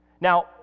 Now